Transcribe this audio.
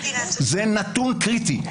זה נתון קריטי.